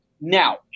Now